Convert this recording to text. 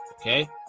Okay